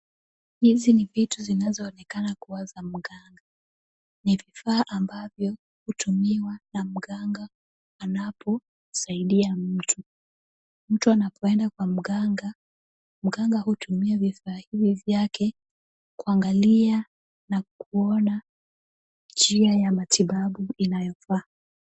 Hizi ni vitu zinazoonekana kuwa za mganga. Ni vifaa ambavyo hutumiwa na mganga anaposaidia mtu. Mtu anapoenda kwa mganga, mganga hutumia vifaa hivi vyake kuangalia na kuona njia ya matibabu inayofaa.